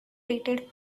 rated